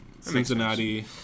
Cincinnati